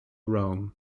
rome